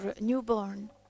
newborn